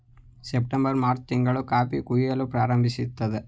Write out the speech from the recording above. September March ತಿಂಗಳಲ್ಲಿ coffee ಕುಯಿಲು ಪ್ರಾರಂಭವಾಗುತ್ತದೆ